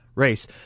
race